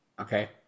Okay